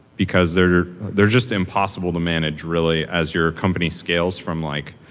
because they are they are just impossible to manage, really, as your company scales from like